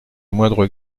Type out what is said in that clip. moindre